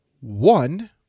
one